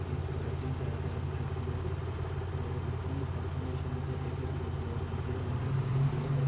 face करा दे न जादातर बजुर्ग लोग और इत्थै दी पापुलेशन च जेह्के बजुर्ग लोग औंदे ते उं'दी सेह्त